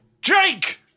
Jake